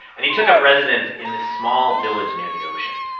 and he took up residence in this small village near the ocean.